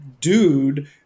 dude